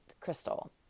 crystal